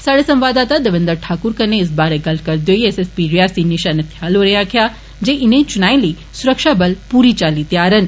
साहडे संवाददाता देविन्द्र ठाकुर कन्नै इस बारै गल्ल करदे होई S S P Reasi Nisha Nathyal होरें आक्खेआ जे इनें चुनाए लेई सुरक्षाबल पूरी चाल्ली तैयार न